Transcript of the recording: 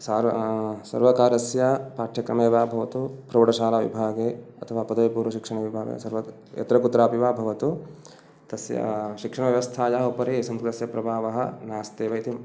सर्वकारस्य पाठ्यक्रमे वा भवतु प्रौढशालाविभागे अथवा पदवीपूर्वशिक्षणविभागे यत्र कुत्रापि वा भवतु तस्य शिक्षणव्यवस्थायाः उपरि संस्कृतस्य प्रभावः नास्त्येव इति